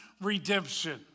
redemption